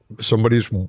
somebody's